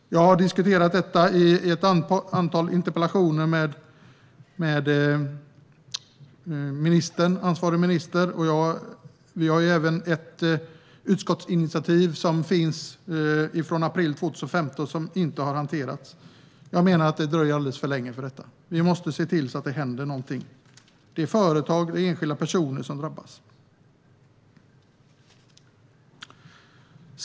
Jag har diskuterat detta i ett antal interpellationer med ansvarig minister, och vi har även ett utskottsinitiativ från april 2015 som inte har hanterats. Jag menar att det dröjer alldeles för länge; vi måste se till att det händer något. Det är företag och enskilda personer som drabbas.